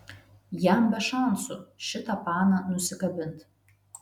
jam be šansų šitą paną nusikabint